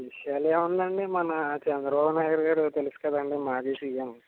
విషయాలేవుందండి మన చంద్రబాబు నాయుడు గారు తెలుసు కదండి మాజీ సీఎం